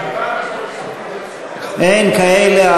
אין כאלה.